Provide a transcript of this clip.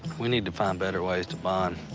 we need to find better ways to bond.